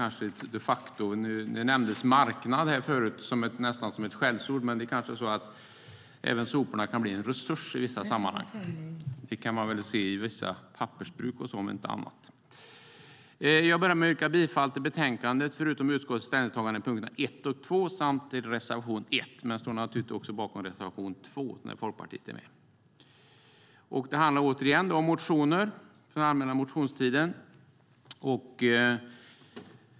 Nu nämndes marknad här förut nästan som ett skällsord, men det kanske är så att även soporna kan bli en resurs i vissa sammanhang. Det kan man väl se i vissa pappersbruk och så om inte annat. Jag yrkar bifall till förslaget i betänkandet förutom utskottets ställningstaganden under punkterna 1 och 2 samt till reservation 1. Jag står naturligtvis också bakom reservation 2, där Folkpartiet är med. Det handlar återigen om motioner från den allmänna motionstiden.